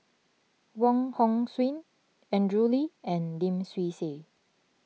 Wong Hong Suen Andrew Lee and Lim Swee Say